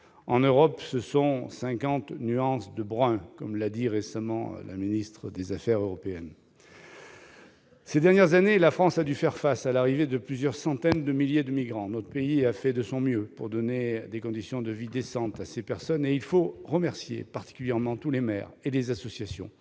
En Europe, ce sont « 50 nuances de brun », selon la ministre chargée des affaires européennes. Ces dernières années, la France a dû faire face à l'arrivée de plusieurs centaines de milliers de migrants. Notre pays a fait de son mieux pour donner des conditions de vie décentes à ces personnes et il faut remercier particulièrement tous les maires et les associations